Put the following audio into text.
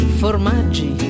formaggi